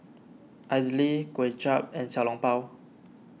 Idly Kway Chap and Xiao Long Bao